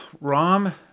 Rom